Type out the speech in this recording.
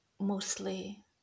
mostly